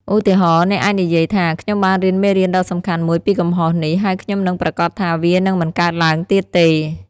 ឧទាហរណ៍ អ្នកអាចនិយាយថា ខ្ញុំបានរៀនមេរៀនដ៏សំខាន់មួយពីកំហុសនេះ ហើយខ្ញុំនឹងប្រាកដថាវានឹងមិនកើតឡើងទៀតទេ។